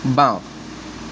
বাঁও